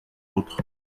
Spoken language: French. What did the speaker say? autres